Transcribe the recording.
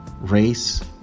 race